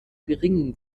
geringen